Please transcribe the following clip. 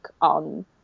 on